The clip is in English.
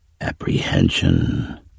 Apprehension